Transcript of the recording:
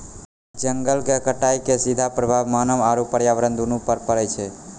जंगल के कटाइ के सीधा प्रभाव मानव आरू पर्यावरण दूनू पर पड़ै छै